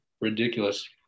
ridiculous